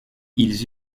ils